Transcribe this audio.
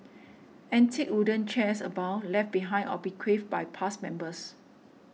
antique wooden chairs abound left behind or bequeathed by past members